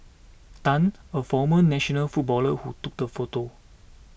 Tan a former national footballer who took the photo